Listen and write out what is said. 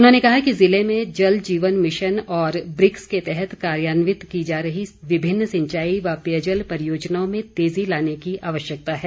उन्होंने कहा कि ज़िले में जलजीवन मिशन और ब्रिक्स के तहत कार्यान्वित की जा रही विभिन्न सिंचाई व पेयजल परियोजनाओं में तेजी लाने की आवश्यकता है